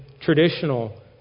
traditional